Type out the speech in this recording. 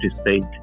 state